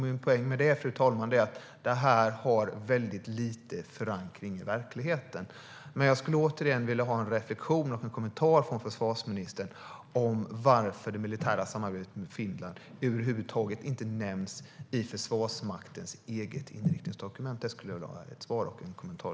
Min poäng är att det har väldigt liten förankring i verkligheten. Jag skulle vilja ha en reflektion och en kommentar från försvarsministern om varför det militära samarbetet med Finland över huvud taget inte nämns i Försvarsmaktens eget inriktningsdokument. Här skulle jag vilja höra ett svar och en kommentar.